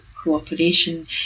cooperation